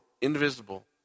invisible